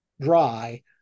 dry